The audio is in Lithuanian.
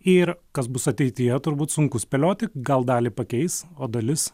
ir kas bus ateityje turbūt sunku spėlioti gal dalį pakeis o dalis